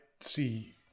see